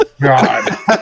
God